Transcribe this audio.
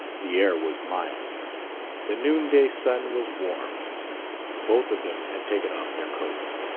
the air was mild the noonday sun was warm both of them had taken off their coats.